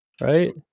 right